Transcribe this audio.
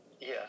Yes